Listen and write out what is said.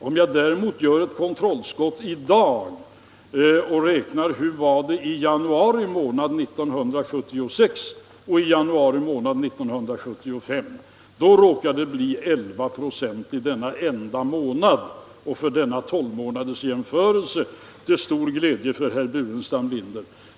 Om jag däremot gör ett ”provskott” i dag och jämför januari 1976 med januari 1975, råkar det bli 11 96 för denna enda månad, till stor glädje för herr Burenstam Linder.